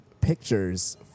pictures